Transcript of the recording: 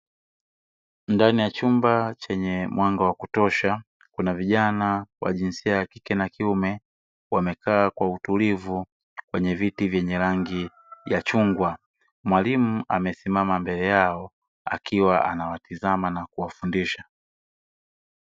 Ndani ya chumba chenye mwanga wa kutosha kuna vijana wa jinsia ya kike na kiume wamekaa kwa utulivu kwenye viti vyenye rangi ya chungwa, mwalimu amesimama mbele yao akiwa anawatizama na kuwafundisha.